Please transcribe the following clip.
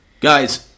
Guys